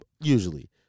usually